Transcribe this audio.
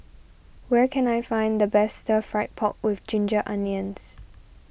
where can I find the best Stir Fried Pork with Ginger Onions